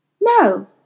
No